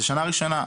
זו שנה ראשונה,